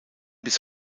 bis